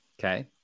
Okay